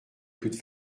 toutes